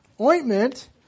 ointment